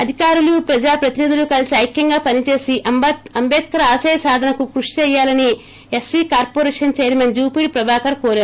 అధికారులు ప్రజాప్రతినిధులు కలిసి ఐక్వంగా పని చేసి అంబేద్కర్ ఆశయసాధనకు కృషి చేయాలని SP corporation chairman Jupudi Prabhakar కోరారు